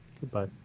Goodbye